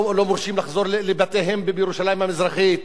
לא מורשים לחזור לבתיהם בירושלים המזרחית,